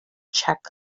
czech